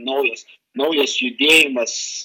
naujas naujas judėjimas